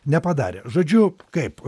nepadarė žodžiu kaip